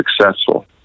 successful